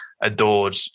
adored